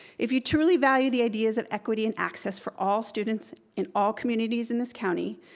if you truly value the ideas of equity and access for all students in all communities in this county,